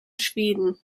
schweden